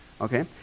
okay